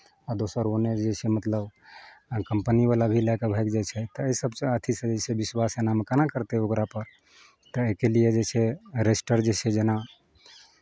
आ दोसर ओन्नऽ जे छै मतलब आर कंपनीवला भी लए कऽ भागि जाइ छै तऽ एहि सभसँ अथिसँ जे छै विश्वास एनामे केना करतै ओकरापर तऽ एहिके लिए जे छै रजिस्टर जे छै जेना